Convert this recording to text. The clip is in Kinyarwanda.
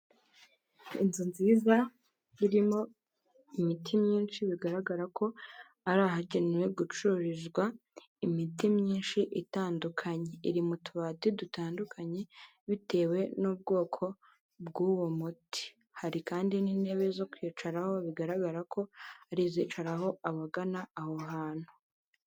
Inzu nziza irimo imiti myinshi, bigaragara ko ari ahagenewe gucururizwa imiti myinshi itandukanye, iri mu tubati dutandukanye bitewe n'ubwoko bw'uwo muti, hari kandi n'intebe zo kwicaraho bigaragara ko ari izicaraho abagana aho hantu.